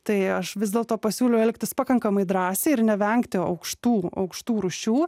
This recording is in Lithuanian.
tai aš vis dėlto pasiūliau elgtis pakankamai drąsiai ir nevengti aukštų aukštų rūšių